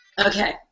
Okay